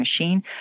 machine